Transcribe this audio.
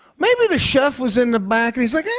maybe the chef was in the back, and he's like, ah,